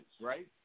right